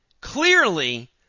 clearly